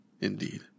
Indeed